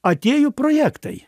atėjo projektai